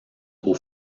aux